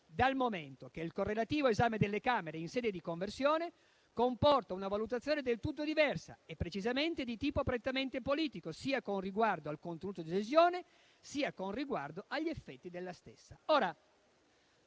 dal momento che il correlativo esame delle Camere in sede di conversione comporta una valutazione del tutto diversa e precisamente di tipo prettamente politico, sia con riguardo al contenuto della decisione, sia con riguardo ai suoi effetti. Alla luce